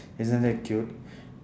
isn't that cute